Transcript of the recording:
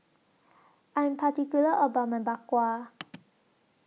I Am particular about My Bak Kwa